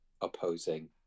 opposing